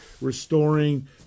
restoring